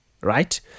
right